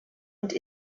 und